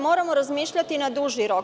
Moramo razmišljati na duži rok.